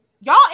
y'all